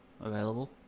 available